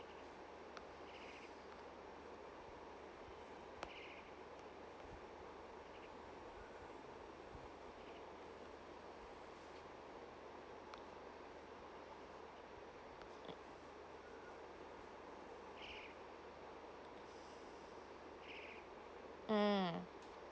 mm